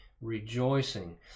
rejoicing